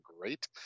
great